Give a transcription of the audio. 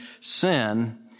sin